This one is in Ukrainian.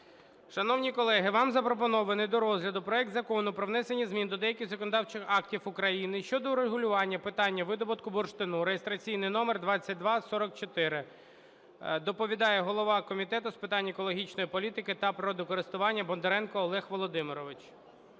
Шановні колеги, вам запропонований до розгляду проект Закону про внесення змін до деяких законодавчих актів України щодо урегулювання питання видобутку бурштину (реєстраційний номер 2244). Доповідає голова Комітету з питань екологічної політики та природокористування Бондаренко Олег Володимирович.